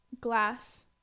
Glass